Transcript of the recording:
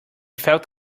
felt